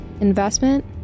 investment